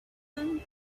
then